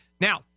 Now